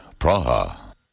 Praha